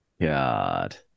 God